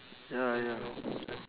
ya ya